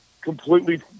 completely